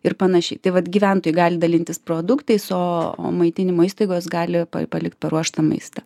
ir panašiai tai vat gyventojai gali dalintis produktais o maitinimo įstaigos gali palikt paruoštą maistą